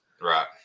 right